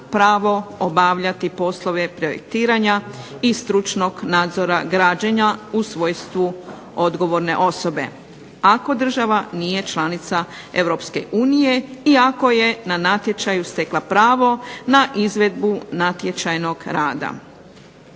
pravo obavljati poslove projektiranja i stručnog nadzora građenja u svojstvu odgovorne osobe ako država nije članica Europske unije i ako je na natječaju stekla pravo na izvedbu natječajnog rada.